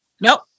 Nope